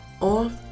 off